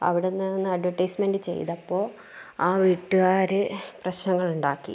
അവിടെ നിന്ന് നിന്ന് അഡ്വർടൈസ്മെന്റ് ചെയ്തപ്പോൾ ആ വീട്ടുകാർ പ്രശ്നങ്ങൾ ഉണ്ടാക്കി